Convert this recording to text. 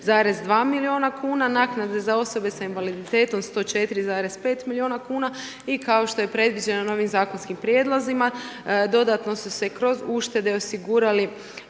milijuna kuna, naknade za osobe sa invaliditetom 104,5 milijuna kuna i kao što je predviđeno novim zakonskim prijedlozima, dodatno su se kroz uštede osigurala